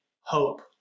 hope